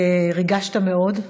ריגשת מאוד.